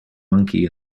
monkey